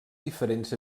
diferents